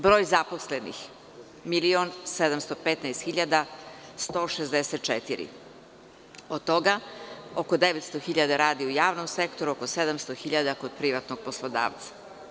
Broj zaposlenih – 1.715.164, a od toga oko 900.000 radi u javnom sektoru, a oko 700.000 kod privatnog poslodavca.